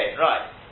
Right